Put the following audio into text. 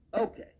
Okay